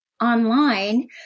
online